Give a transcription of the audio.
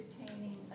entertaining